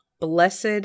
Blessed